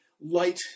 light